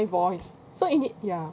it voice so in it ya